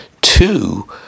two